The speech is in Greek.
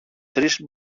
τρεις